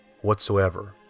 whatsoever